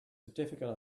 certificate